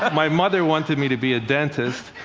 my mother wanted me to be a dentist.